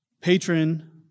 patron